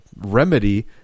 remedy